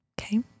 okay